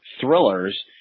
thrillers